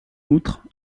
outre